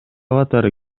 катары